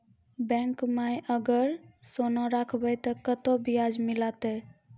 Bank माई अगर सोना राखबै ते कतो ब्याज मिलाते?